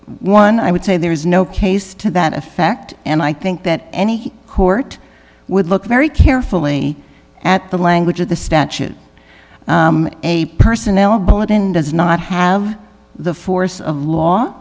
eleven i would say there is no case to that effect and i think that any court would look very carefully at the language of the statute a personnel bulletin does not have the force of law